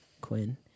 Quinn